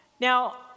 Now